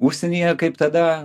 užsienyje kaip tada